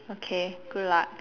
okay good luck